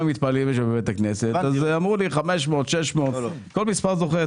כל מספר זוכה.